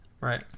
Right